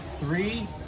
three